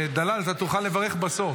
דלל, תוכל לברך בסוף.